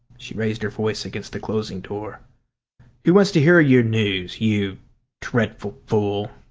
she raised her voice against the closing door who wants to hear your news, you dreadful fool?